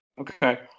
Okay